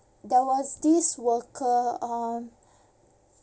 there was this worker um